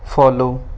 follow